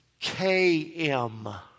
KM